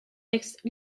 textes